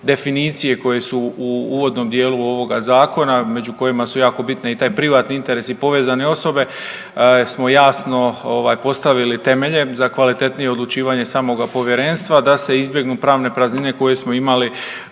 definicije koje su u uvodnom dijelu ovoga zakona, među kojima su jako bitne i taj privatni interes i povezane osobe smo jasno postavili temelje za kvalitetnije odlučivanje samoga povjerenstva da se izbjegnu pravne praznine koje smo imali